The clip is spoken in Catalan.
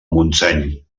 montseny